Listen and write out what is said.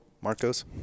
Marcos